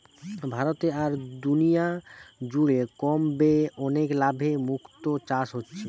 ভারতে আর দুনিয়া জুড়ে কম ব্যয়ে অনেক লাভে মুক্তো চাষ হচ্ছে